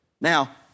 Now